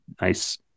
nice